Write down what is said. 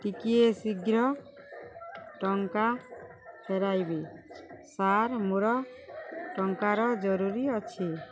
ଟିକଏ ଶୀଘ୍ର ଟଙ୍କା ଫେରାଇବେ ସାର୍ ମୋର ଟଙ୍କାର ଜରୁରୀ ଅଛି